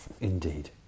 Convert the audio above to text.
Indeed